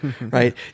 Right